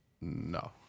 No